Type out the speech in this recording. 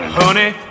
honey